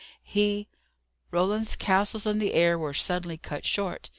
he roland's castles in the air were suddenly cut short.